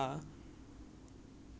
like I